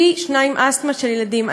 פי-שניים אסתמה של ילדים.